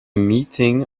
meeting